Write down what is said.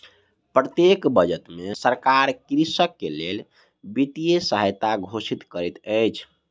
प्रत्येक बजट में सरकार कृषक के लेल वित्तीय सहायता घोषित करैत अछि